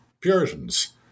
Puritans